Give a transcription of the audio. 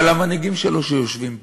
אבל המנהיגים שלו שיושבים פה,